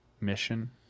Mission